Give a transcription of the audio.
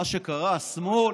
מה שקרה, השמאל,